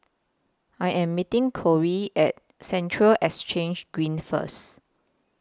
I Am meeting Corie At Central Exchange Green First